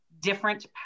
different